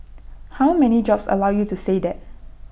how many jobs allow you to say that